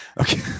Okay